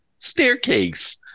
staircase